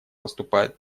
поступают